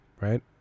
right